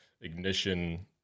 ignition